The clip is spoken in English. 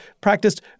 practiced